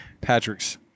Patrick's